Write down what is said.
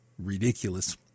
ridiculous